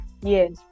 Yes